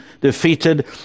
defeated